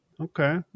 Okay